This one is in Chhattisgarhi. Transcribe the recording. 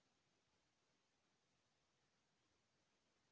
एक वयस्क आदमी ल का ऋण मिल सकथे?